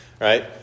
right